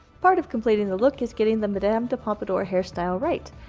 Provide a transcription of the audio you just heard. part of completing the looks is getting the madame de pompadour hairstyle right.